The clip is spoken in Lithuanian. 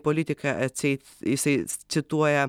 politiką atsei jisai cituoja